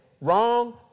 wrong